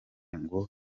ngo